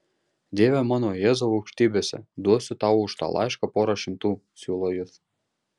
dieve mano jėzau aukštybėse duosiu tau už tą laišką porą šimtų siūlo jis